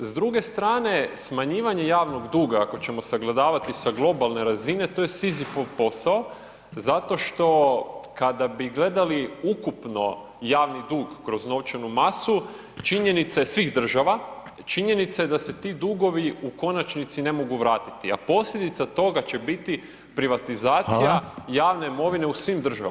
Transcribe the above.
S druge strane smanjivanje javnog duga ako ćemo sagledavati sa globalne razine to je Sizifov posao zato što kada bi gledali ukupno javni dug kroz novčanu masu činjenica je, svih država, činjenica je da se ti dugovi u konačnici ne mogu vratiti, a posljedica toga će biti privatizacija [[Upadica: Hvala]] javne imovine u svim državama [[Upadica: Hvala lijepa]] Hvala.